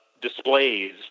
displays